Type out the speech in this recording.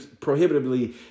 prohibitively